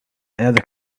another